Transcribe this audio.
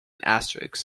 asterix